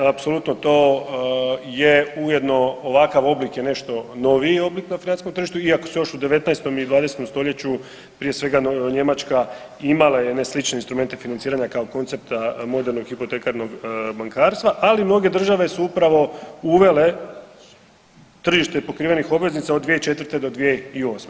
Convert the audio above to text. Apsolutno to je ujedno ovakav oblik je nešto noviji oblik na financijskom tržištu, iako se još u 19. i 20. st. prije svega Njemačka imala jedne slične instrumente financiranja kao koncepta modernog hipotekarnog bankarstva, ali mnoge države su upravo uvele tržište pokrivenih obveznica od 2004. do 2008.